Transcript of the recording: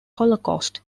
holocaust